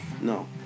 No